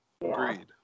Agreed